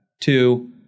Two